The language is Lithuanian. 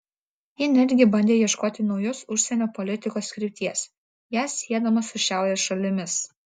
ji netgi bandė ieškoti naujos užsienio politikos krypties ją siedama su šiaurės šalimis